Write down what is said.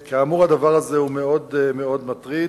כאמור, הדבר הזה הוא מאוד מאוד מטריד,